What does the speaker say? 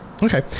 Okay